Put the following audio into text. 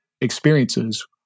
experiences